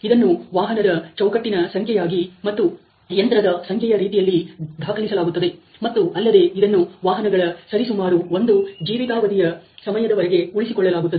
ಇದನ್ನು ವಾಹನದ ಚೌಕಟ್ಟಿನ ಸಂಖ್ಯೆಯಾಗಿ ಮತ್ತು ಯಂತ್ರದ ಸಂಖ್ಯೆಯ ರೀತಿಯಲ್ಲಿ ದಾಖಲಿಸಲಾಗುತ್ತದೆ ಮತ್ತು ಅಲ್ಲದೆ ಇದನ್ನು ವಾಹನಗಳ ಸರಿಸುಮಾರು ಒಂದು ಜೀವಿತಾವಧಿಯ ಸಮಯದವರೆಗೆ ಉಳಿಸಿಕೊಳ್ಳಲಾಗುತ್ತದೆ